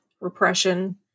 repression